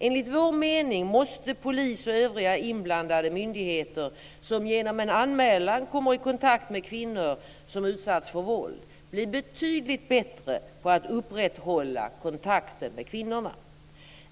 Enligt vår mening måste polis och övriga inblandade myndigheter, som genom en anmälan kommer i kontakt med kvinnor som utsatts för våld, bli betydligt bättre på att upprätthålla kontakten med kvinnorna.